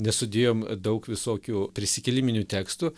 nesudėjom daug visokių prisikėliminių tekstų